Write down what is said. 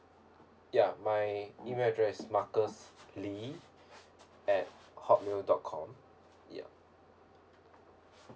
ya my email address marcus lee at hotmail dot com ya